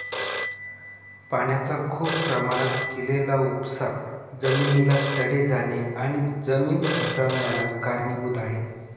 पाण्याचा खूप प्रमाणात केलेला उपसा जमिनीला तडे जाणे आणि जमीन ढासाळन्याला कारणीभूत आहे